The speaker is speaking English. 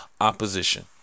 opposition